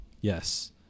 yes